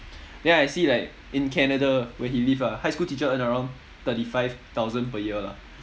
then I see like in canada where he live ah high school teacher earn around thirty five thousand per year lah